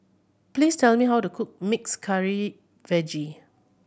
please tell me how to cook mixed curry veggie